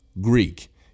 greek